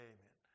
Amen